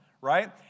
right